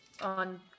on